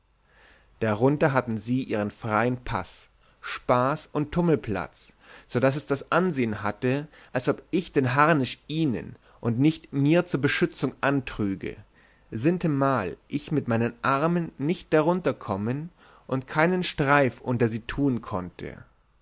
darunter hatten sie ihren freien paß spaß und tummelplatz so daß es das ansehen hatte als ob ich den harnisch ihnen und nicht mir zur beschützung antrüge sintemal ich mit meinen armen nicht darunterkommen und keinen streif unter sie tun konnte